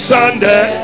Sunday